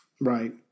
Right